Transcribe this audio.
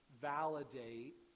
validate